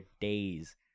days